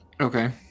Okay